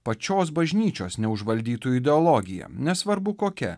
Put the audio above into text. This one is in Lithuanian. pačios bažnyčios neužvaldytų ideologija nesvarbu kokia